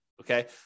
okay